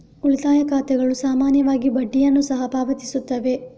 ಉಳಿತಾಯ ಖಾತೆಗಳು ಸಾಮಾನ್ಯವಾಗಿ ಬಡ್ಡಿಯನ್ನು ಸಹ ಪಾವತಿಸುತ್ತವೆ